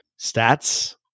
stats